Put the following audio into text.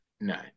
no